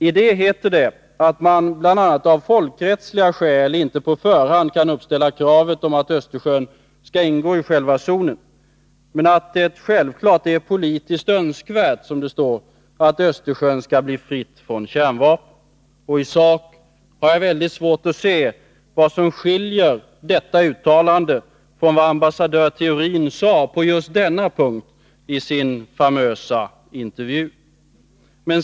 I det heter det att man bl.a. av folkrättsliga skäl inte på förhand kan uppställa kravet om att Östersjön skall ingå i själva zonen men att det självfallet är ”politiskt önskvärt”, som det heter, att Östersjön skall bli fritt från kärnvapen. I sak har jag svårt att se vad som skiljer detta uttalande från vad ambassadör Theorin sade på just denna punkt i den famösa intervjun.